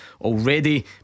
Already